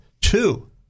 two